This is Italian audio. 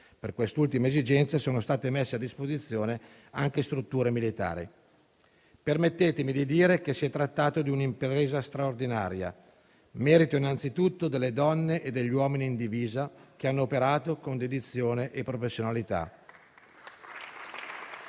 (per quest'ultima esigenza sono state messe a disposizione anche strutture militari). Permettetemi di dire che si è trattato di un'impresa straordinaria, merito innanzitutto delle donne e degli uomini in divisa, che hanno operato con dedizione e professionalità.